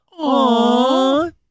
Aww